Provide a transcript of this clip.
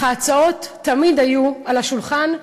ההצעות תמיד היו על השולחן,